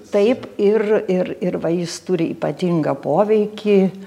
taip ir ir ir va jis turi ypatingą poveikį